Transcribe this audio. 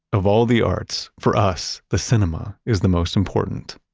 of all the arts, for us, the cinema is the most important.